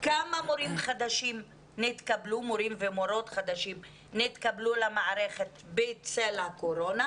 כמה מורים ומורות חדשים נתקבלו למערכת בצל הקורונה,